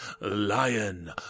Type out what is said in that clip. lion